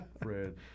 Fred